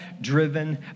driven